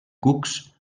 cucs